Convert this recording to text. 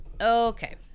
Okay